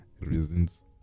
Reasons